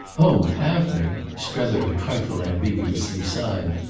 oh have me! strether a trifle ambiguously sighed.